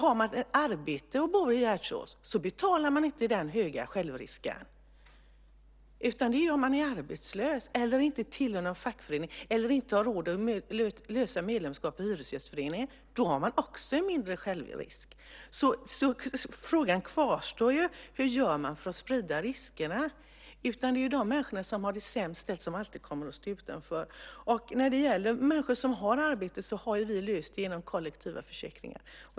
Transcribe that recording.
Har man ett arbete och bor i Gärdsås betalar man inte den höga självrisken, utan det gör man om man är arbetslös, inte tillhör någon fackförening eller inte har råd att lösa medlemskap i Hyresgästföreningen vilket också ger mindre självrisk. Frågan kvarstår: Hur gör man för att sprida riskerna? Det är de människor som har det sämst ställt som alltid kommer att stå utanför. När det gäller människor som har arbete har vi löst det genom kollektiva försäkringar.